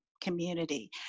community